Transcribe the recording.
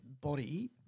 body